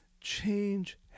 Change